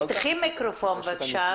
בבקשה.